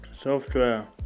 software